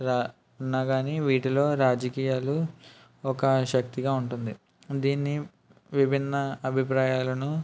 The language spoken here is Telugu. ర ఉన్న కానీ వీటిలో రాజకీయాలు ఒక శక్తిగా ఉంటుంది దీన్ని విభిన్న అభిప్రాయాలను